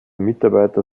mitarbeiter